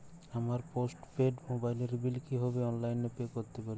আমার post paid মোবাইলের bill কীভাবে অনলাইনে পে করতে পারি?